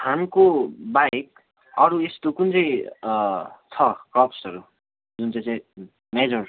फार्मको बाहेक अरू यस्तो कुन चाहिँ छ क्रप्सहरू जुन चाहिँ चाहिँ मेजर छ